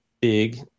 big